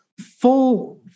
full